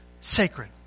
sacred